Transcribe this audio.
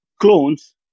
clones